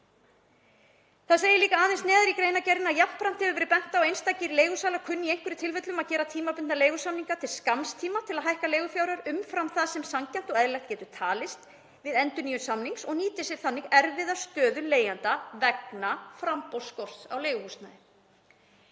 Það segir aðeins neðar í greinargerðinni: „Jafnframt hefur verið bent á að einstakir leigusalar kunni í einhverjum tilvikum að gera tímabundna leigusamninga til skamms tíma til að hækka leigufjárhæð umfram það sem sanngjarnt og eðlilegt getur talist við endurnýjun samningsins og nýti sér þannig erfiða stöðu leigjenda vegna framboðsskorts á leiguhúsnæði.“